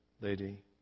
lady